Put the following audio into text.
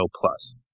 plus